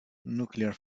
nuclear